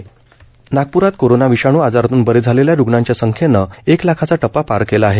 corona Vidarbha नागपूरात corona विषाणू आजारातून बरे झालेल्या रुग्णांच्या संख्यनं एक लाखांचा टप्पा पार केला आहे